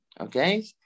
okay